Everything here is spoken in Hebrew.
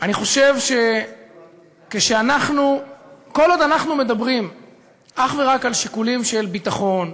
אני חושב שכל עוד אנחנו מדברים אך ורק על שיקולים של ביטחון,